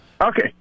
Okay